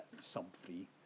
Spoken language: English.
sub-free